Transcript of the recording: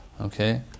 okay